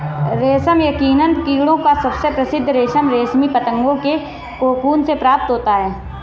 रेशम यकीनन कीड़ों का सबसे प्रसिद्ध रेशम रेशमी पतंगों के कोकून से प्राप्त होता है